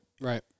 Right